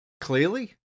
clearly